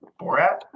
Borat